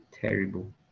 terrible